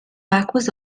aqueous